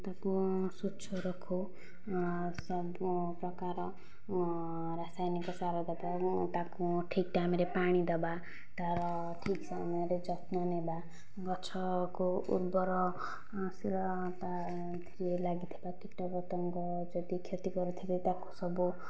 ତାକୁ ସ୍ୱଚ୍ଛ ରଖୁ ସବୁପ୍ରକାର ରାସାୟନିକ ସାର ଦେବା ଏବଂ ତାକୁ ଠିକ ଟାଇମରେ ପାଣି ଦେବା ତାର ଠିକ ସମୟରେ ଯତ୍ନ ନେବା ଗଛକୁ ଉର୍ବରଶୀଳ ତାଦେହରେ ଲାଗିଥିବା କୀଟପତଙ୍ଗ ଯଦି କ୍ଷତି କରିଥିବେ ତାକୁ ସବୁ